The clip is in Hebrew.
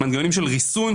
מנגנונים של ריסון,